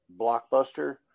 blockbuster